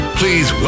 please